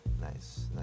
Nice